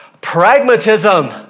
pragmatism